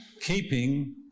keeping